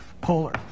polar